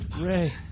Ray